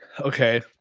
okay